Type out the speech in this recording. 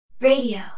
radio